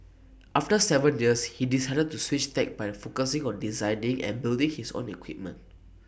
after Seven years he decided to switch tack by focusing on deciding and building his own equipment